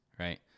Right